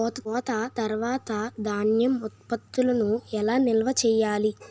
కోత తర్వాత ధాన్యం ఉత్పత్తులను ఎలా నిల్వ చేయాలి?